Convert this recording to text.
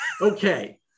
Okay